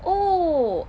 oh